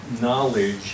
knowledge